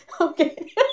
okay